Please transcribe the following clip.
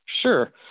Sure